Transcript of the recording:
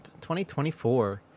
2024